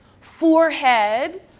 forehead